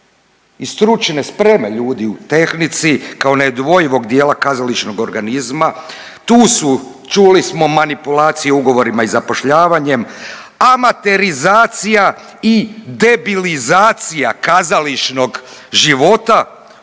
stručne spreme ljudi u tehnici kao neodvojivog dijela kazališnog organizma. Tu su čuli smo manipulacije ugovorima i zapošljavanjem, amaterizacija i debilizacija kazališnog života